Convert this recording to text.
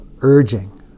urging